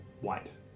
white